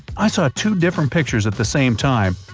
i saw two different pictures at the same time,